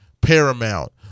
paramount